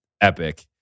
epic